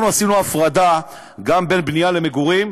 עשינו הפרדה גם בין בנייה למגורים